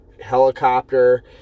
helicopter